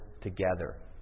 together